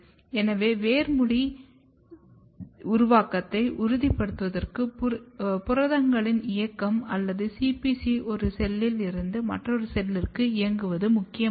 எனவே வேர்களின் முடி உருவாக்கத்தை உறுதிப்படுத்த புரதங்களின் இயக்கம் அல்லது CPC ஒரு செல்லில் இருந்து மற்றொரு செல்லிற்கு இயங்குவது முக்கியமாகும்